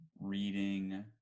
reading